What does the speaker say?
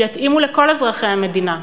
שיתאימו לכל אזרחי המדינה,